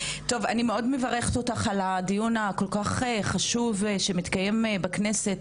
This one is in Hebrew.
מברכת אותך על הדיון הכל כך חשוב שמתקיים בכנסת,